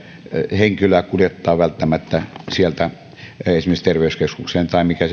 henkilöä kuljettaa välttämättä esimerkiksi terveyskeskukseen tai mikä